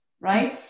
right